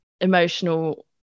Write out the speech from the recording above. emotional